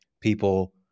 people